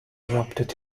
erupted